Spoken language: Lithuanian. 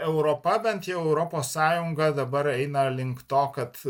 europa bent jau europos sąjunga dabar eina link to kad